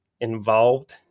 involved